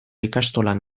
ikastolan